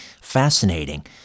fascinating